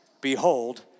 behold